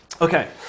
okay